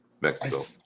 Mexico